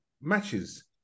matches